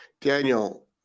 Daniel